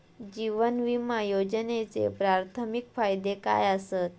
जीवन विमा योजनेचे प्राथमिक फायदे काय आसत?